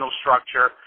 structure